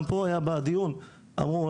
גם פה בדיון אמרו,